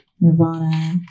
Nirvana